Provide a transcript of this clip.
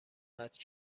قطع